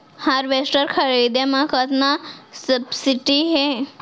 Harvester खरीदे म कतना सब्सिडी हे?